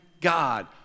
God